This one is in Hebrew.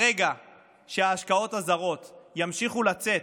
ברגע שההשקעות הזרות ימשיכו לצאת,